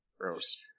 Gross